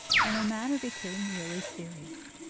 and the matter became really serious.